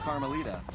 Carmelita